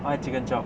why chicken chop